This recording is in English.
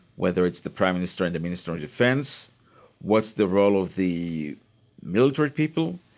whether it's the prime minister and the minister of defence what's the role of the military people?